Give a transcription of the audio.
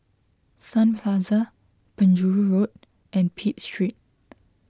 Sun Plaza Penjuru Road and Pitt Street